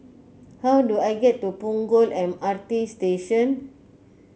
how do I get to Punggol M R T Station